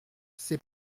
ses